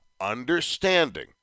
Understanding